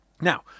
Now